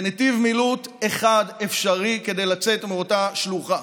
ונתיב מילוט אחד אפשרי כדי לצאת מאותה שלוחה.